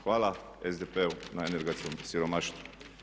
Hvala SDP-u na energetskom siromaštvu.